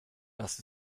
das